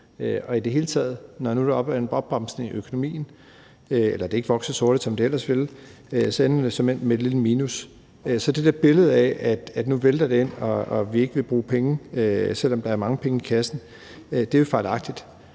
i det hele taget er en opbremsning af økonomien – eller den ikke vokser så hurtigt, som den ellers ville – ender det såmænd med et lille minus. Så det der billede af, at nu vælter det ind med penge, og at vi ikke vil bruge penge, selv om der er mange penge i kassen, er fejlagtigt.